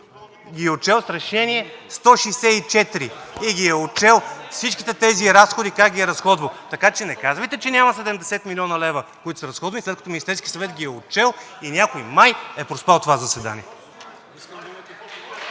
ги е отчел с Решение 164 и ги е отчел всичките тези разходи как ги е разходвал. Така че не казвайте, че няма 70 млн. лв., които са разходвани, след като Министерският съвет ги е отчел и някой май е проспал това заседание.